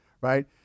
right